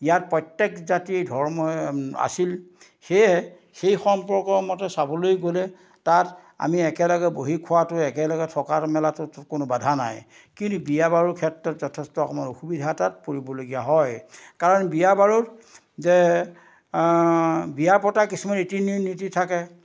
ইয়াত প্ৰত্যেক জাতিৰ ধৰ্মই আছিল সেয়ে সেই সম্পৰ্ক মতে চাবলৈ গ'লে তাত আমি একেলগে বহি খোৱাটো একেলগে থকাৰ মেলাটো কোনো বাধা নাই কিন্তু বিয়া বাৰুৰ ক্ষেত্ৰত যথেষ্ট অকণমান অসুবিধা এটাত পৰিবলগীয়া হয় কাৰণ বিয়া বাৰুত যে বিয়া পতা কিছুমান ৰীতি নী নীতি থাকে